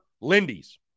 Lindy's